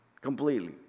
completely